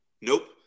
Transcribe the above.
nope